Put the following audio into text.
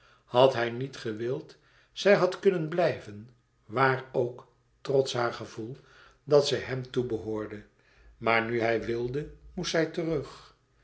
had hij niet gewild zij had kunnen blijven waar ook trots haar gevoel dat zij hem toebehoorde maar nu hij wilde moest zij terug